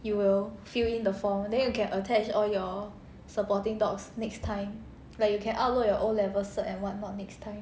you will fill in the form then you can attach all your supporting docs next time like you can upload your O level cert and what not next time